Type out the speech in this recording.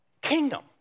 kingdom